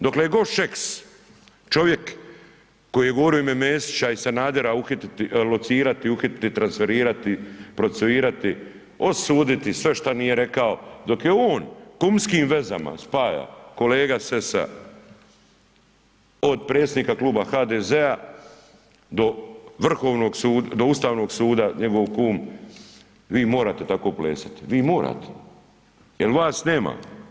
Dokle je god Šeks čovjek koji je govorio u ime Mesića i Sanader locirati, uhititi, transferirati, procesuirati, osuditi, sve šta nije rekao, dok je on kumskim vezama spaja kolega Sessa od predsjednika Kluba HZD-a do vrhovnog, do ustavno suda njegov kum, vi morate tako plesat, vi morat, jel vas nema.